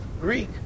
Greek